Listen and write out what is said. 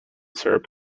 syrup